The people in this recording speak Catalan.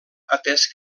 atès